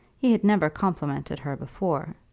he had never complimented her before.